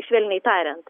švelniai tariant